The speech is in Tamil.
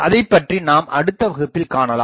அதைப்பற்றி நாம் அடுத்த வகுப்பில் காணலாம்